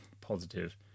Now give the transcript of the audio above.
positive